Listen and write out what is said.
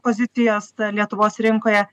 pozicijos lietuvos rinkoje